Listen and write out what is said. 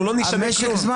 אנחנו לא נשנה כלום,